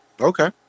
Okay